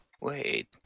Wait